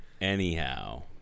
anyhow